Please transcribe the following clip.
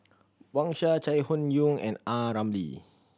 Wang Sha Chai Hon Yoong and A Ramli